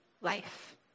life